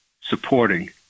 supporting